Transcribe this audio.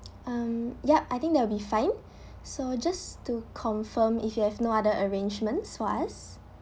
um yup I think that will be fine so just to confirm if you have no other arrangements for us